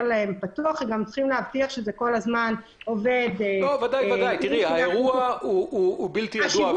להבטיח שזה כל הזמן עובד --- האירוע הוא בלתי-ידוע,